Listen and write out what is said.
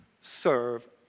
Serve